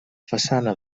façana